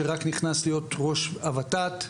שרק נכנס להיות ראש הות"ת,